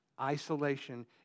Isolation